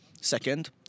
second